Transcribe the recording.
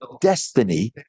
destiny